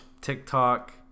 TikTok